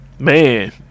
Man